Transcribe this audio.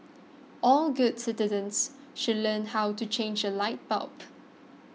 all good citizens should learn how to change a light bulb